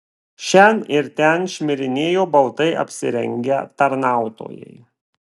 šen ir ten šmirinėjo baltai apsirengę tarnautojai